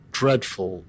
dreadful